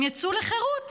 הם יצאו לחירות